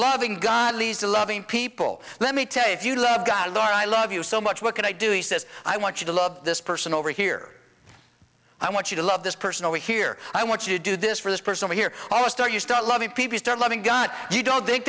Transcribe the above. loving god leads to loving people let me tell you if you love god or i love you so much what can i do he says i want you to love this person over here i want you to love this person over here i want you to do this for this person here almost are you still love me people start loving gun you don't